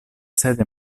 sede